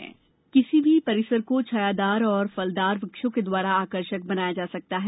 पौधरोपण किसी भी परिसर को छायादार और फलदार वृक्षों के द्वारा आकर्षक बनाया जा सकता है